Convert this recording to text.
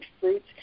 fruits